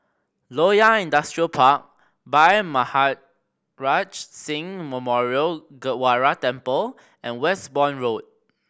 Loyang Industrial Park Bhai Maharaj Singh Memorial Gurdwara Temple and Westbourne Road